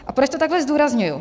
A proč to takhle zdůrazňuji.